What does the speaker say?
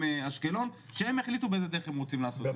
אשקלון שהם יחליטו באיזה דרך הם רוצים לעשות.